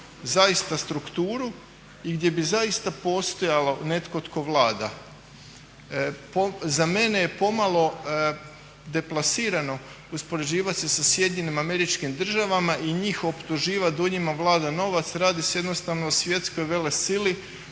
zaista strukturu i gdje bi zaista postojao netko tko vlada. Za mene je pomalo deplasirano uspoređivati se sa SAD-om i njih optuživati da u njima vlada novac. Radi se jednostavno o svjetskoj velesili